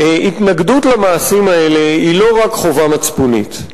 התנגדות למעשים האלה היא לא רק חובה מצפונית,